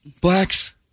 Blacks